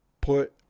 put